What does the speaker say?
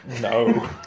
No